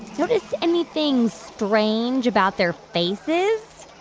notice anything strange about their faces?